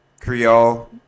Creole